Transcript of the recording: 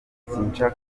sinshaka